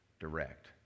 direct